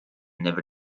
never